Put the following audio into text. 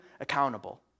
accountable